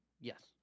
Yes